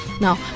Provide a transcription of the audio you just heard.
Now